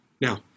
Now